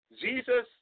Jesus